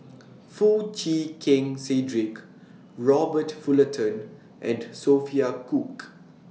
Foo Chee Keng Cedric Robert Fullerton and Sophia Cooke